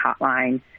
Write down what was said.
hotline